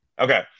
Okay